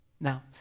Now